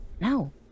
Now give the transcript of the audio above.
No